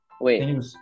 Wait